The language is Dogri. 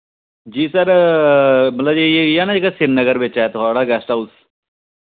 जी सर मतलब एह् इ'यै ना जेह्का श्रीनगर बिच ऐ थुआढ़ा गैस्ट हाउस